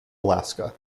alaska